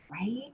right